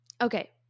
okay